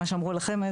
מה שאמרו לכם,